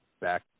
back